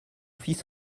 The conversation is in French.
fils